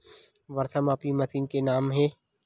वर्षा मापी मशीन के का नाम हे?